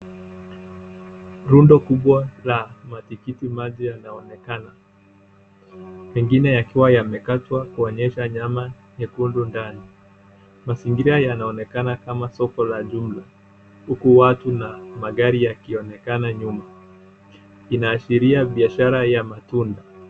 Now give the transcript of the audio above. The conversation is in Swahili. Rundo kubwa la matikiti maji yanaonekana pengine yakiwa yamekatwa kuonyesha nyama nyekundu ndani. Mazingira yanaonekana kama soko la jumla, huku watu na magari yakionekana nyuma. Inaashiria biashara ya matunda.